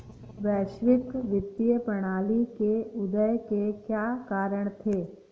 वैश्विक वित्तीय प्रणाली के उदय के क्या कारण थे?